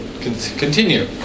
continue